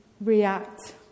react